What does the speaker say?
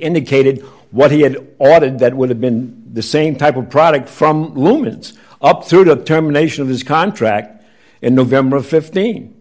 indicated what he had added that would have been the same type of product from luminance up through to term nation of his contract in november of fifteen